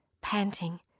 Panting